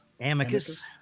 Amicus